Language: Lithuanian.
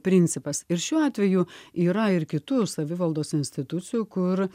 principas ir šiuo atveju yra ir kitų savivaldos institucijų kur